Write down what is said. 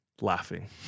laughing